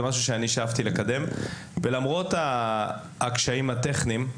למרות הקשיים הטכניים,